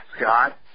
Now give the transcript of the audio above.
Scott